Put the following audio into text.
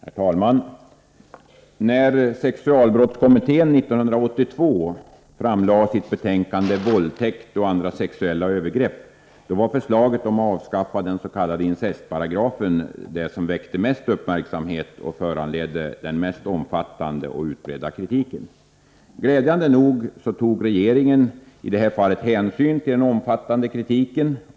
Herr talman! När sexualbrottskommittén år 1982 framlade sitt betänkande Våldtäkt och andra sexuella övergrepp var förslaget om att avskaffa den s.k. incestparagrafen det förslag som väckte den största uppmärksamheten och som föranledde den mest omfattande och utbredda kritiken. Glädjande nog tog regeringen i det här fallet hänsyn till den omfattande kritiken.